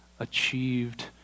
achieved